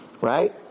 right